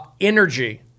energy